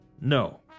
No